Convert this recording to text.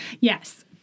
Yes